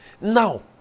Now